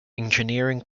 engineering